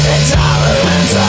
Intolerant